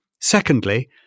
Secondly